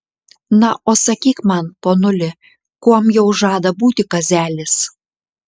na o sakyk man ponuli kuom jau žada būti kazelis